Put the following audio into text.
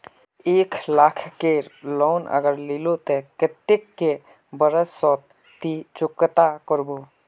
एक लाख केर लोन अगर लिलो ते कतेक कै बरश सोत ती चुकता करबो?